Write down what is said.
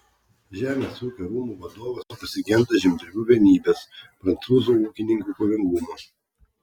žemės ūkio rūmų vadovas pasigenda žemdirbių vienybės prancūzų ūkininkų kovingumo